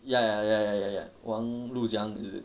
ya ya ya ya ya ya 王禄江 is it